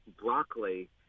broccoli